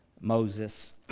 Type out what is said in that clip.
Moses